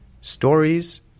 Stories